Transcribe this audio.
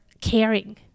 caring